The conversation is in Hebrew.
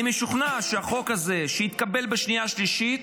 אני משוכנע שהחוק הזה שיתקבל בשנייה-שלישית